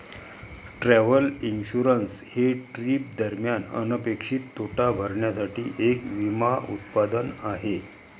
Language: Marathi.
ट्रॅव्हल इन्शुरन्स हे ट्रिप दरम्यान अनपेक्षित तोटा भरण्यासाठी एक विमा उत्पादन आहे